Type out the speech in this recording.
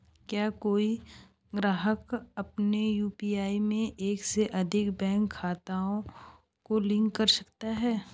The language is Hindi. क्या कोई ग्राहक अपने यू.पी.आई में एक से अधिक बैंक खातों को लिंक कर सकता है?